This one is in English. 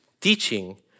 teaching